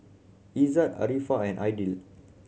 Izzat Arifa and Aidil